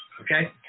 Okay